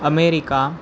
America